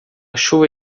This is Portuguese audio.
chuva